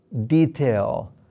detail